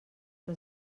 que